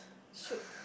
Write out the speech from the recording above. shoot